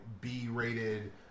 B-rated